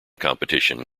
competition